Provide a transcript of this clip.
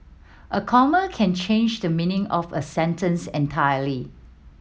a comma can change the meaning of a sentence entirely